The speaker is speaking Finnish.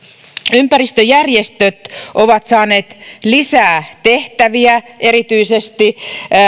ympäristöjärjestöt ovat saaneet lisää tehtäviä erityisesti